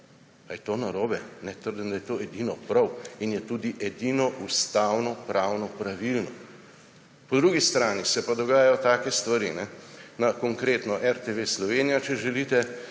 Ali je to narobe? Ne, to je edino prav in je tudi edino ustavnopravno pravilno. Po drugi strani se pa dogajajo take stvari, konkretno na RTV Slovenija, če želite,